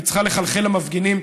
היא צריכה לחלחל למפגינים.